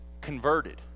converted